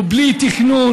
הוא בלי תקנון.